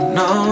no